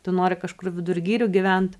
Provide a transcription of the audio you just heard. tu nori kažkur vidur girių gyvent